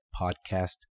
podcast